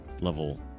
level